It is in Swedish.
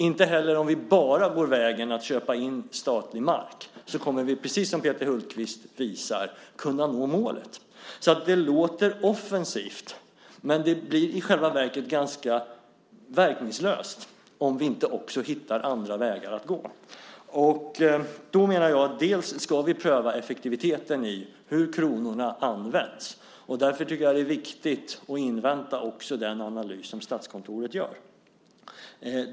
Inte heller om vi bara går vägen att köpa in statlig mark kommer vi, precis som Peter Hultqvist visar, kunna nå målet. Det låter offensivt, men det blir i själva verket ganska verkningslöst om vi inte också hittar andra vägar att gå. Då menar jag att vi ska pröva effektiviteten i hur kronorna används. Därför tycker jag att det är viktigt att också invänta den analys som Statskontoret gör.